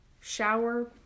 shower